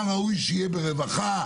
מה ראוי שיהיה ברווחה.